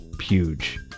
huge